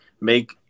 make